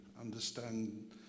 understand